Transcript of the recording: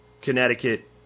Connecticut